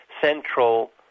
central